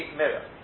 mirror